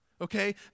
Okay